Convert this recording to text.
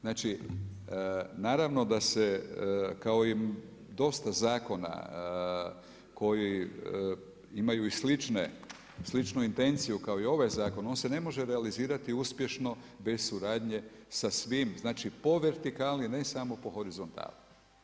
Znači, naravno da se kao i dosta zakona koji imaju i sličnu intenciju kao i ovaj zakon, on se ne može realizirati uspješno bez suradnje sa svim znači, po vertikali, ne samo po horizontali.